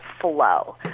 flow